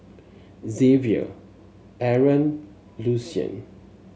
Xavier Aron Lucien